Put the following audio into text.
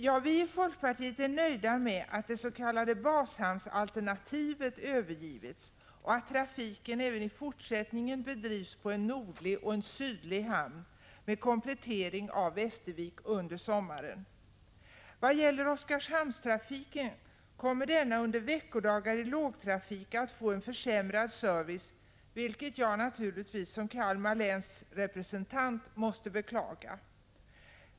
Vi är i folkpartiet nöjda med att det s.k. bashamnsalternativet har övergivits och att trafiken även i fortsättningen kommer att bedrivas på en nordlig och en sydlig hamn med komplettering av Västervik under sommaren. Oskarshamnstrafiken kommer att under vardagar i lågtrafik få en försämrad service, vilket jag som Kalmar läns representant naturligtvis måste beklaga.